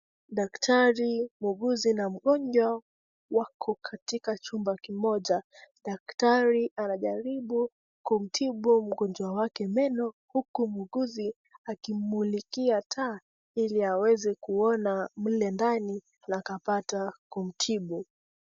Daktari, muuguzi na mgonjwa wako katika chumba kimoja. Daktari anajaribu kumtibu mgonjwa wake meno uku muuguzi akimumulikia taa ili aweze kuona mle ndani na akapata kumtibu.